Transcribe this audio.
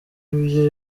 ibyo